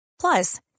Plus